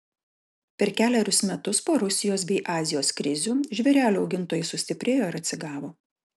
per kelerius metus po rusijos bei azijos krizių žvėrelių augintojai sustiprėjo ir atsigavo